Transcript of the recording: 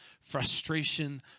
frustration